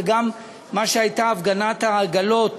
וגם לגבי הפגנת העגלות